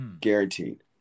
Guaranteed